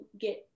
get